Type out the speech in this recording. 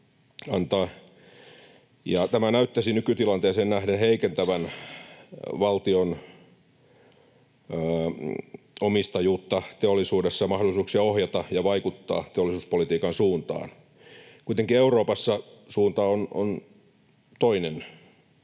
tämä näyttäisi nykytilanteeseen nähden heikentävän valtion omistajuutta teollisuudessa ja mahdollisuuksia ohjata ja vaikuttaa teollisuuspolitiikan suuntaan. Kuitenkin Euroopassa suunta on toinen,